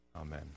amen